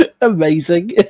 Amazing